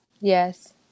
Yes